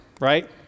right